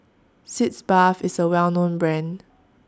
Sitz Bath IS A Well known Brand